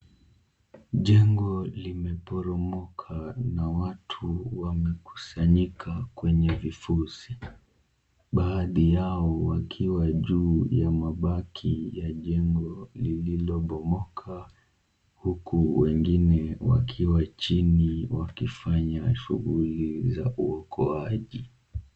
Jengo limeporomoka na watu wamekusanyika kwenye vifusi, baadhi yao wakiwa kwenye juu ya mabaki ya jengo lililo bomoka, huku wengine wakiwa chini wakifanya shughuli za uokoaji.